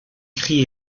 cris